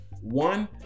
One